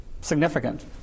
significant